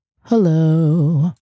Hello